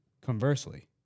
conversely